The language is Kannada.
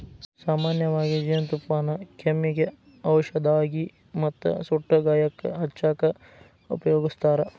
ಸಾಮನ್ಯವಾಗಿ ಜೇನುತುಪ್ಪಾನ ಕೆಮ್ಮಿಗೆ ಔಷದಾಗಿ ಮತ್ತ ಸುಟ್ಟ ಗಾಯಕ್ಕ ಹಚ್ಚಾಕ ಉಪಯೋಗಸ್ತಾರ